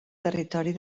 territori